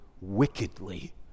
wickedly